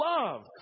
love